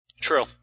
True